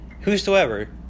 whosoever